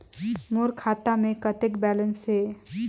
मोर खाता मे कतेक बैलेंस हे?